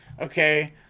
okay